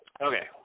Okay